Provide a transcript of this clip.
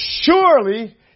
surely